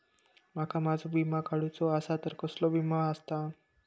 माका माझो विमा काडुचो असा तर कसलो विमा आस्ता?